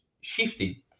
shifting